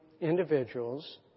individuals